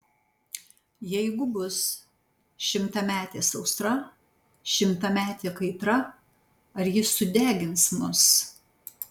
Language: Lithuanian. jeigu bus šimtametė sausra šimtametė kaitra ar ji sudegins mus